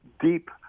deep